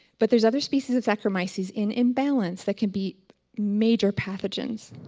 but there's other species of saccharomyces in imbalance that can be major pathogens.